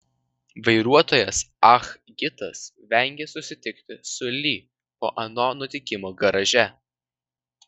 vairuotojas ah gitas vengė susitikti su li po ano nutikimo garaže